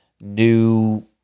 new